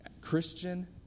Christian